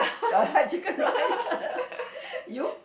chicken rice you